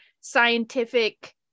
scientific